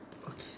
okay